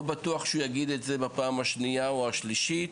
לא בטוח שהוא יגיד את זה בפעם השנייה או השלישית,